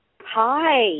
Hi